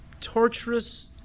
torturous